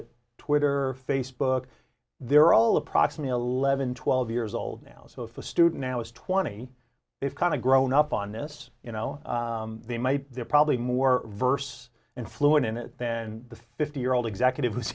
or facebook they're all approximately eleven twelve years old now so if a student now is twenty they've kind of grown up on this you know they might they're probably more verse and fluent in it than the fifty year old executive w